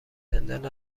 زندان